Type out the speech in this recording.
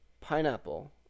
pineapple